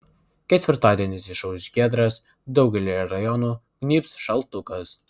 ketvirtadienis išauš giedras daugelyje rajonų gnybs šaltukas